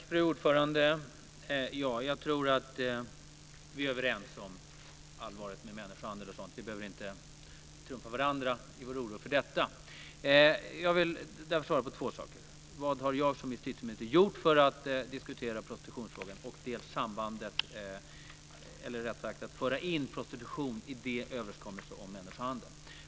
Fru talman! Jag tror att vi är överens om allvaret när det gäller människohandel och sådant. Vi behöver inte övertrumfa varandra med vår oro för detta. Jag vill svara på två saker, vad jag som justitieminister har gjort för att dels diskutera prostitutionsfrågan, dels föra in prostitution i överenskommelsen om människohandel.